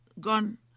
gone